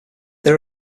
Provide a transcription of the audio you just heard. they